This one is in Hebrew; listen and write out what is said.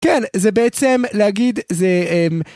כן, זה בעצם, להגיד, זה, אה...